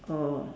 orh